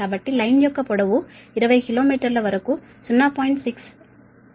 కాబట్టి లైన్ యొక్క పొడవు 20 కిలోమీటర్ల వరకు 0